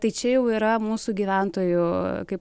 tai čia jau yra mūsų gyventojų kaip